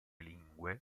lingue